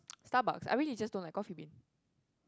Starbucks I really just don't like Coffee-Bean